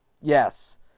Yes